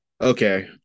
Okay